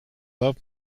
love